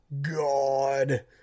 God